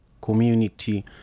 community